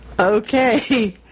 Okay